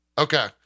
Okay